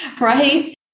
right